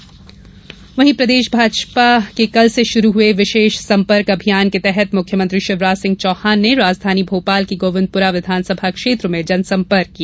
भाजपा संपर्क अभियान प्रदेश भाजपा के कल से शुरू हुए विशेष संपर्क अभियान के तहत मुख्यमंत्री शिवराज सिंह चौहान ने राजधानी भोपाल की गोविंदपुरा विधानसभा क्षेत्र में जनसंपर्क किया